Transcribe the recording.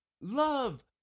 love